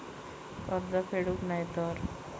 कर्ज फेडूक नाय तर?